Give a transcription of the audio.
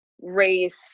race